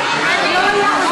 פעם שנייה.